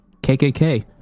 KKK